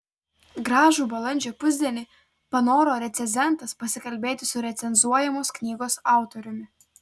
gražų balandžio pusdienį panoro recenzentas pasikalbėti su recenzuojamos knygos autoriumi